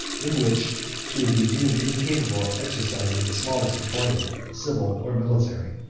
in which she would be deemed incapable of exercising the smallest employment, civil or military.